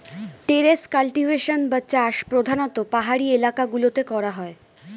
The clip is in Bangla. টেরেস কাল্টিভেশন বা চাষ প্রধানতঃ পাহাড়ি এলাকা গুলোতে করা হয়